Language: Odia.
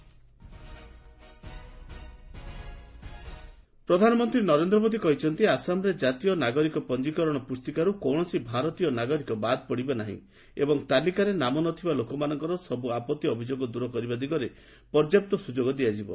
ପିଏମ୍ ପ୍ରଧାନମନ୍ତ୍ରୀ ନରେନ୍ଦ୍ର ମୋଦି କହିଛନ୍ତି ଆସାମରେ ଜାତୀୟ ନାଗରିକ ପଞ୍ଜୀକରଣ ପୁସ୍ତିକାରୁ କୌଣସି ଭାରତୀୟ ନାଗରିକ ବାଦ୍ ପଡ଼ିବେ ନାହିଁ ଏବଂ ତାଲିକାରେ ନାମନଥିବା ଲୋକମାନଙ୍କର ସବୁ ଆପତ୍ତି ଅଭିଯୋଗ ଦୂର କରିବା ଦିଗରେ ପର୍ଯ୍ୟାପ୍ତ ସ୍ୱଯୋଗ ଦିଆଯିବ